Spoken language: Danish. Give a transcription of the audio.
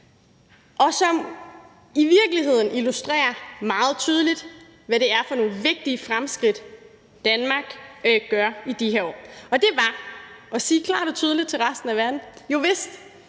og som i virkeligheden illustrerer meget tydeligt, hvad det er for nogle vigtige fremskridt, Danmark gør i de her år, og det var at sige klart og tydeligt til resten af verden: Jovist